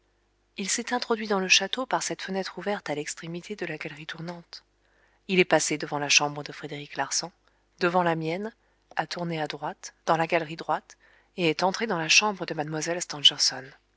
il s'est introduit dans le château par cette fenêtre ouverte à l'extrémité de la galerie tournante il est passé devant la chambre de frédéric larsan devant la mienne a tourné à droite dans la galerie droite et est entré dans la chambre de